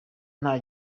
nta